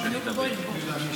דרך אגב, מי השר התורן?